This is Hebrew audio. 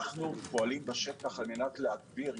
אנחנו פועלים בשטח על מנת להגביר,